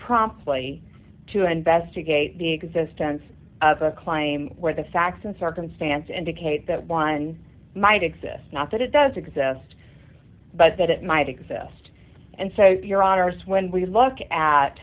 promptly to investigate the existence of a claim where the facts and circumstances indicate that one might exist not that it does exist but that it might exist and so your honour's when we look at